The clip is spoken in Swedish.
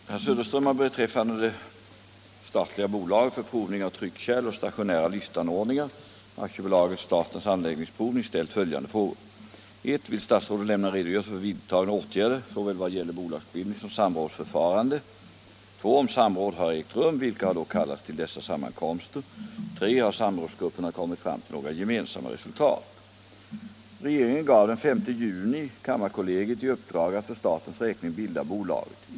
Fru talman! Herr Söderström har beträffande det statliga bolaget för provning av tryckkärl och stationära lyftanordningar, AB Statens Anläggningsprovning, ställt följande frågor: 1. Vill statsrådet lämna en redogörelse för vidtagna åtgärder vad gäller såväl bolagsbildning som samrådsförfarande? 2. Om samråd har ägt rum, vilka har då kallats till dessa sammankomster? 3. Har samrådsgrupperna kommit fram till några gemensamma resultat? Regeringen gav den 5 juni kammarkollegiet i uppdrag att för statens räkning bilda bolaget.